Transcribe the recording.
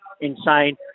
insane